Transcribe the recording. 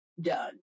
done